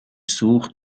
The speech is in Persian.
سوخت